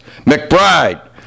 McBride